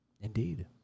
Indeed